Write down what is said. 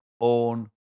own